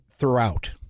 throughout